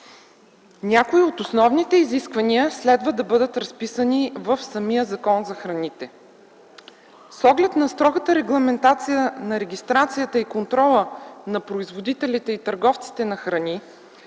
някои от основните изисквания следва да бъдат разписани в самия Закон за храните. С оглед на строгата регламентация на регистрацията и контрола на производителите и търговците на храни